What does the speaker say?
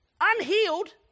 unhealed